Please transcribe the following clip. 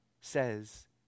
says